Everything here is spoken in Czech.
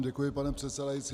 Děkuji vám, pane předsedající.